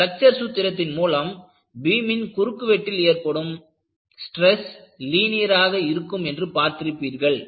flexure சூத்திரத்தின் மூலம் பீமின் குறுக்கு வெட்டில் ஏற்படும் ஸ்டிரஸ் லீனியர் ஆக இருக்கும் என்று பார்த்திருப்பீர்கள்